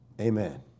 Amen